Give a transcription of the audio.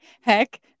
heck